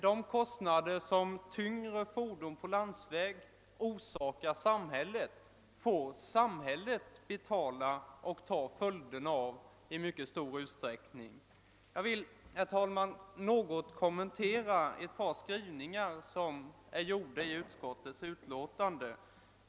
De kostnader, som tyngre fordon på landsväg orsakar samhället får samhället självt i mycket stor utsträckning betala och ta följderna av. Jag vill, herr talman, något kommentera ett par skrivningar i utskottets utlåtande.